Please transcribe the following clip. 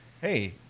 hey